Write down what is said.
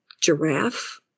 giraffe